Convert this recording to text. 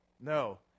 No